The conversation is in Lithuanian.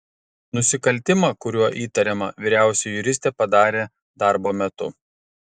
nusikaltimą kuriuo įtariama vyriausioji juristė padarė darbo metu